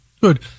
good